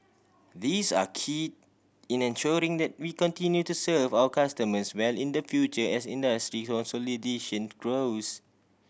these are key in ensuring that we continue to serve our customers well in the future as industry consolidation grows